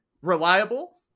Reliable